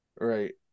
Right